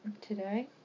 today